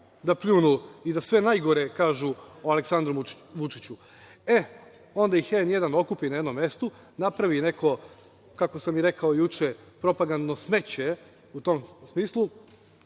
da pljunu i da sve najgore kažu o Aleksandru Vučiću.E, onda ih N1 okupi na jednom mestu, napravi neko, kako sam i rekao juče, propagandno smeće u tom smislu